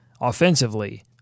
offensively